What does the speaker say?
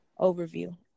overview